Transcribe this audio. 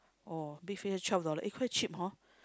oh big fish twelve dollars eh quite cheap hor